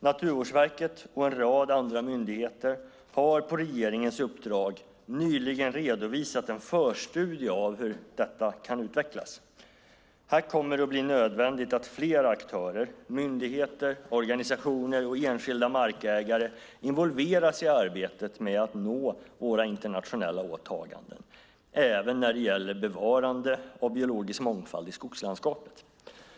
Naturvårdsverket och en rad andra myndigheter har på regeringens uppdrag nyligen redovisat en förstudie över hur detta kan utvecklas. Här kommer det att bli nödvändigt att flera aktörer - myndigheter, organisationer och enskilda markägare - involveras i arbetet med att nå våra internationella åtaganden, även när det gäller bevarande av biologisk mångfald i skogslandskapet.